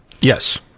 Yes